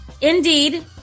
indeed